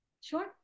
sure